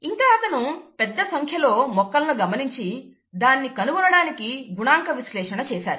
ఇంకా అతను పెద్ద సంఖ్యలో మొక్కలను గమనించి దానిని కనుగొనడానికి గణాంక విశ్లేషణ చేశారు